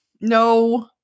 No